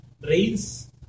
rains